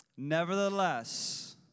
Nevertheless